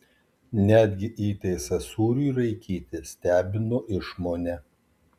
netgi įtaisas sūriui raikyti stebino išmone